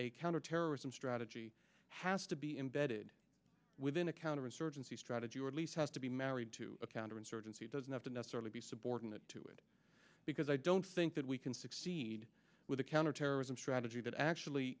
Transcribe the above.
a counterterrorism strata she has to be embedded within a counterinsurgency strategy or at least has to be married to a counterinsurgency doesn't have to necessarily be subordinate to it because i don't think that we can succeed with a counterterrorism strategy that actually